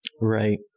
Right